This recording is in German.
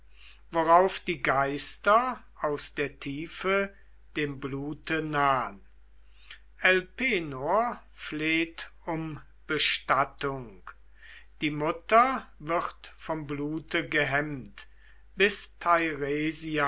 worauf die geister aus der tiefe dem blute nahn elpenor fleht um bestattung die mutter wird vom blute gehemmt bis